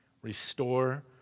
Restore